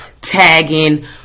tagging